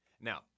Now